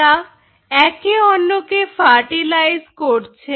এরা একে অন্যকে ফার্টিলাইজ করছে